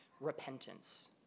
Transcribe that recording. repentance